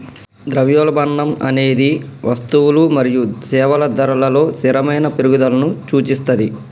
ద్రవ్యోల్బణం అనేది వస్తువులు మరియు సేవల ధరలలో స్థిరమైన పెరుగుదలను సూచిస్తది